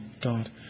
God